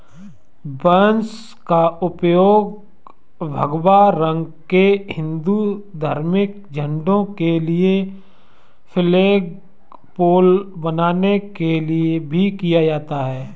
बांस का उपयोग भगवा रंग के हिंदू धार्मिक झंडों के लिए फ्लैगपोल बनाने के लिए भी किया जाता है